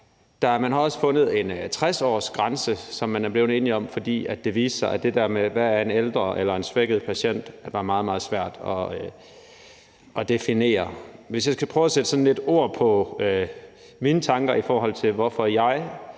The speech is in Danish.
Der er også en 60-årsgrænse, som man er blevet enig om, fordi det viste sig, at det der med at definere, hvad en ældre eller en svækket patient er, er meget, meget svært. Hvis jeg skal prøve at sætte lidt ord på mine tanker, i forhold til hvorfor jeg